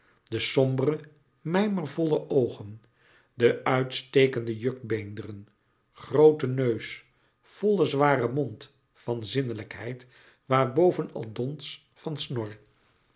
de sombere mijmervolle oogen de uitstekende jukbeenderen grooten neus vollen zwaren mond van zinnelijkheid waarboven al dons van snor